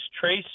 Trace